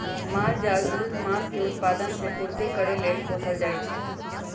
माल जाल दूध, मास के उत्पादन से पूर्ति करे लेल पोसल जाइ छइ